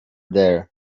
there